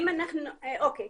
אוקיי.